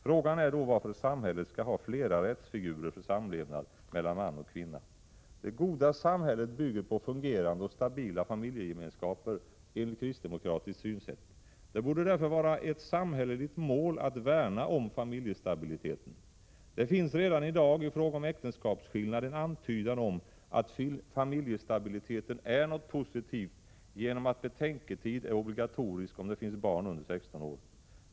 Frågan är då varför samhället skall ha flera rättsfigurer för samlevnad mellan man och kvinna. Det goda samhället bygger på fungerande och stabila familjegemenskaper, enligt kristdemokratiskt synsätt. Det borde därför vara ett samhälleligt mål att värna om familjestabiliteten. Det finns redan i dag i fråga om äktenskapsskillnad en antydan om att familjestabiliteten är något positivt, genom att betänketid är obligatorisk om det finns barn under 16 år.